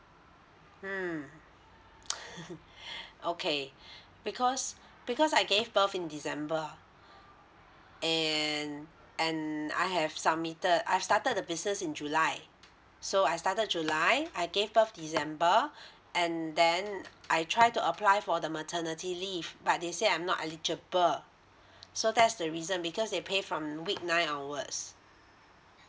mm okay because because I gave birth in december and and I have submitted I've started the business in july so I started july I gave birth december and then I try to apply for the maternity leave but they say I'm not eligible so that's the reason because they pay from week nine onwards